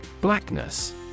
Blackness